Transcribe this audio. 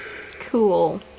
Cool